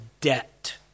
debt